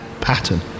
pattern